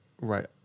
right